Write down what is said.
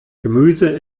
gemüse